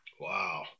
Wow